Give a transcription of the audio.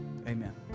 Amen